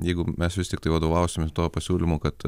jeigu mes vis tiktai vadovausimės to pasiūlymo kad